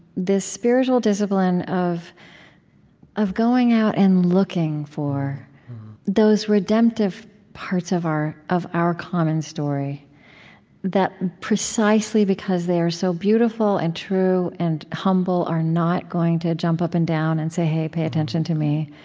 this spiritual discipline of of going out and looking for those redemptive parts of our of our common story that precisely because they are so beautiful, and true, and humble, are not going to jump up and down and say, hey, pay attention to me.